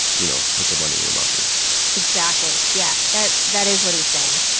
you know, put your money where your mouth is exactly. yeah. that that is what he's saying.